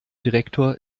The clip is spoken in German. direktor